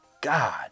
God